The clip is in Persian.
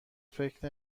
فکر